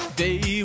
day